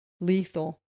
lethal